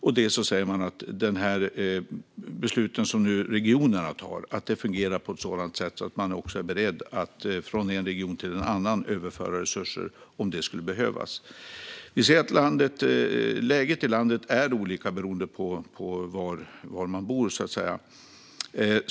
Vidare säger man att besluten som regionerna fattar fungerar så att man är beredd att från en region till en annan överföra resurser om det skulle behövas. Vi ser att läget i landet är olika beroende på var man bor.